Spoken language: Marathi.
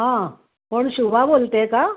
हां कोण शुभा बोलते आहे का